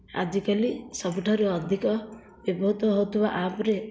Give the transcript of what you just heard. ଆଜିକାଲି ସବୁଠାରୁ ଅଧିକ ବ୍ୟବହୃତ ହେଉଥିବା ଆପରେ